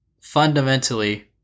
fundamentally